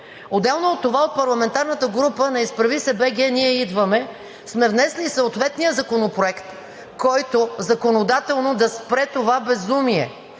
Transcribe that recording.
Отделно от това от парламентарната група на „Изправи се БГ! Ние идваме!“ сме внесли съответния законопроект, който законодателно да спре това безумие,